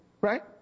Right